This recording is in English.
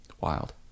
wild